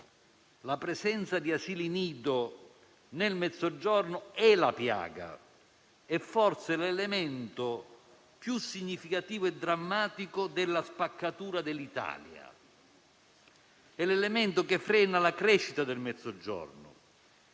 la presenza di asili nido nel Mezzogiorno è la piaga e, forse, l'elemento più significativo e drammatico della spaccatura dell'Italia. È l'elemento che frena la crescita del Mezzogiorno,